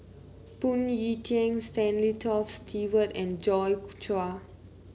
Phoon Yew Tien Stanley Toft Stewart and Joi Chua